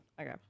Okay